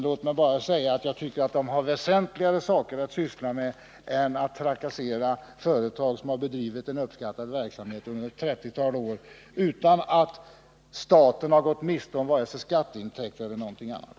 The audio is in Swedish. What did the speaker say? Låt mig bara säga att jag tycker att AMS har väsentligare saker att syssla med än att trakassera företag som har bedrivit en uppskattad verksamhet under ett trettiotal år utan att staten har gått miste om vare sig skatteintäkter eller någonting annat.